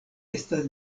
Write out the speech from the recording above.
estas